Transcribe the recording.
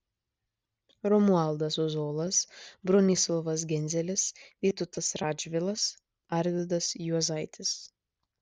romualdas ozolas bronislovas genzelis vytautas radžvilas arvydas juozaitis